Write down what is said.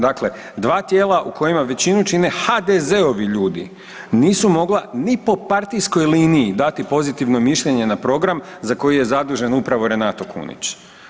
Dakle, 2 tijela u kojima većinu čine HDZ-ovi ljudi nisu mogla ni po partijskoj liniji dati pozitivno mišljenje na program za koji je zadužen upravo Renato Kunić.